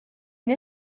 une